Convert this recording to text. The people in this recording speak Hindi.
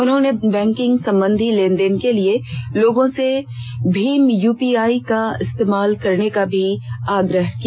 उन्होंने बैंकिंग संबंधी लेन देन के लिए लोगों से भीम यू पी आई का इस्तेमाल करने का भी आग्रह किया